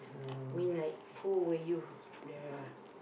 mean like who were you the